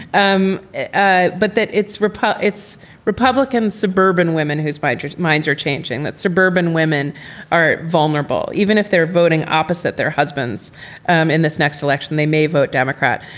um ah but it's repub, it's republicans, suburban women who spider minds are changing that suburban women are vulnerable. even if they're voting opposite their husbands um in this next election, they may vote democrat.